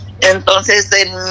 Entonces